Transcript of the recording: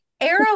arrow